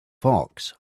fox